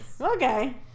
Okay